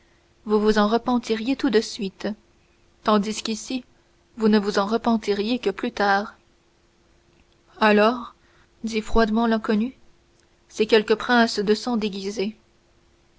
vous vous en repentiriez tout de suite tandis qu'ici vous ne vous en repentirez que plus tard alors dit froidement l'inconnu c'est quelque prince du sang déguisé